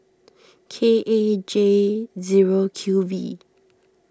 K A J zero Q V